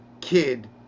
kid